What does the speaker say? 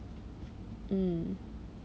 mm